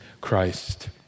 Christ